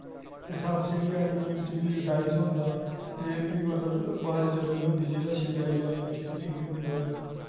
ते सप्प सीढ़ी आह्ली गेम च बी डाईस होंदा ते फ्ही मतलव बारी तलनी होंदी जेह्दै शे आई जा ओह्दी ठिप्पी निकली जंदा बाह्रे